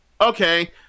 Okay